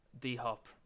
D-hop